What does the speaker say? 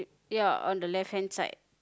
ya on the left hand side